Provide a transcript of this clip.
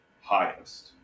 highest